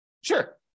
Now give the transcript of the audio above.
Sure